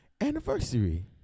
anniversary